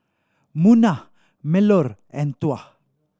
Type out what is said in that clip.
Munah Melur and Tuah